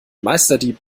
meisterdieb